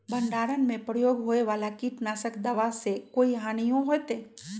भंडारण में प्रयोग होए वाला किट नाशक दवा से कोई हानियों होतै?